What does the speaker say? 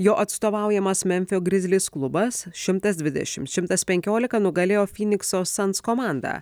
jo atstovaujamas memfio grizzlies klubas šimtas dvidešimt šimtas penkiolika nugalėjo finikso suns komandą